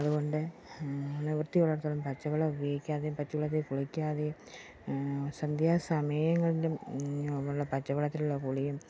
അതുകൊണ്ട് നിവൃത്തിയുള്ളിടത്തോളം പച്ചവെള്ളം ഉപയോഗിക്കാതെയും പച്ചവെള്ളത്തിൽ കുളിക്കാതെയും സന്ധ്യാ സമയങ്ങളിലും ഉള്ള പച്ചവെള്ളത്തിലുള്ള കുളിയും